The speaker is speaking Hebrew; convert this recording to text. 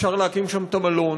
אפשר להקים שם את המלון,